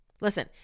Listen